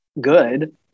good